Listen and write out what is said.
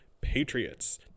Patriots